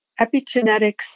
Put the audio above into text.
epigenetics